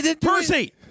Percy